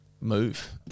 move